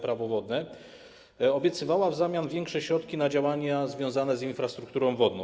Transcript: Prawo wodne, obiecywała w zamian większe środki na działania związane z infrastrukturą wodną.